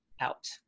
out